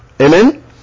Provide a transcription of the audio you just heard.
Amen